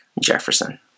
Jefferson